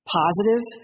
positive